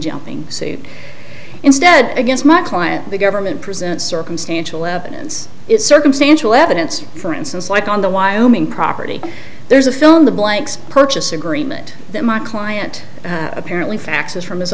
jumping suit instead against my client the government present circumstantial evidence is circumstantial evidence for instance like on the wyoming property there's a fill in the blanks purchase agreement that my client apparently faxes